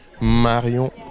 Marion